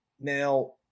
Now